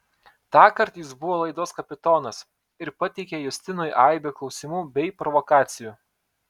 tąkart jis buvo laidos kapitonas ir pateikė justinui aibę klausimų bei provokacijų